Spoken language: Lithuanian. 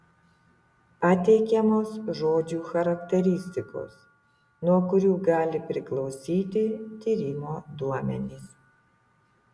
pateikiamos žodžių charakteristikos nuo kurių gali priklausyti tyrimo duomenys